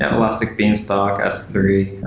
ah elastic beanstalk, s three,